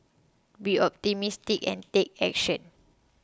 be optimistic and take action